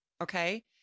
okay